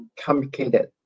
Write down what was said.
complicated